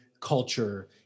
culture